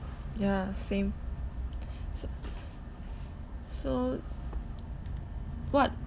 ya same so so what